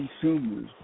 consumers